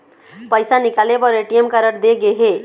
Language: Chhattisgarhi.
पइसा निकाले बर ए.टी.एम कारड दे गे हे